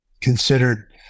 considered